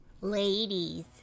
Ladies